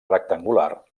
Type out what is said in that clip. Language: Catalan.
rectangular